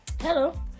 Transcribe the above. Hello